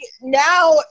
now